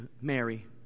Mary